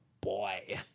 boy